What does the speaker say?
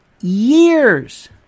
years